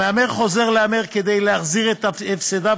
המהמר חוזר להמר כדי להחזיר את הפסדיו